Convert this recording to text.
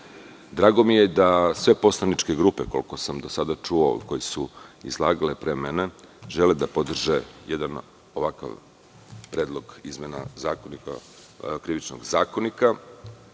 mi je da sve poslaničke grupe, koliko sam do sada čuo, koje su izlagale pre mene, žele da podrže jedan ovakav predlog izmena Krivičnog zakonika. Želim